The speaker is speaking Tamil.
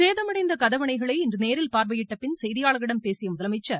சேதமடைந்த கதவணைகளை இன்று நேரில் பார்வையிட்டபின் செய்தியாளர்களிடம் பேசிய முதலமைச்சர்